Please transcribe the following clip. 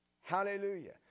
Hallelujah